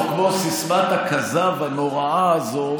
או כמו סיסמת הכזב הנוראה הזאת,